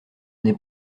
n’est